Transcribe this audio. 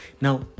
Now